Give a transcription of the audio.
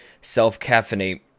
self-caffeinate